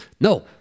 No